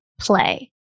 play